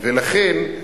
לכן,